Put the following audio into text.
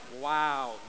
Wow